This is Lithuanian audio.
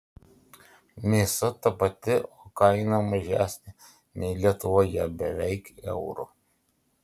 mėsa ta pati o kaina mažesnė nei lietuvoje beveik euru